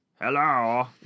Hello